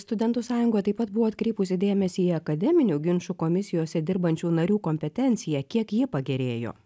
studentų sąjunga taip pat buvo atkreipusi dėmesį į akademinių ginčų komisijose dirbančių narių kompetenciją kiek ji pagerėjo